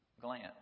glance